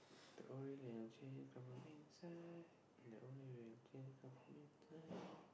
don't really unchain from inside don't really unchain from inside